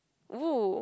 !woo!